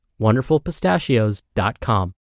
wonderfulpistachios.com